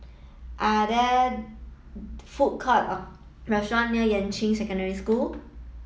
are there food court or restaurant near Yuan Ching Secondary School